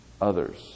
others